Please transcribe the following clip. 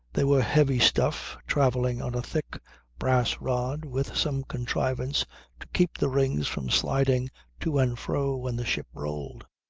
they were heavy stuff, travelling on a thick brass rod with some contrivance to keep the rings from sliding to and fro when the ship rolled.